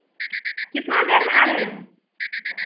कितना देर में आ रहे हैं